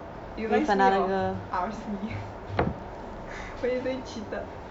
reminds me of R_C when you say cheated